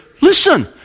Listen